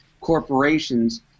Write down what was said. corporations